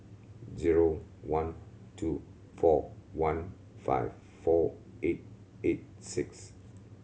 zero one two four one five four eight eight six